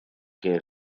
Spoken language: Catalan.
què